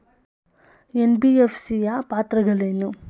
NBFC ಯ ಪಾತ್ರಗಳೇನು?